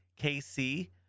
KC